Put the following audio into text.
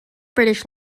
british